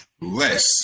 less